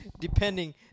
Depending